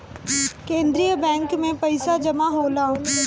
केंद्रीय बैंक में पइसा जमा होला